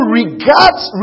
regards